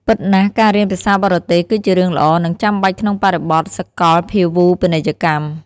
ពិតណាស់ ការរៀនភាសាបរទេសគឺជារឿងល្អ និងចាំបាច់ក្នុងបរិបទសាកលភាវូបនីយកម្ម។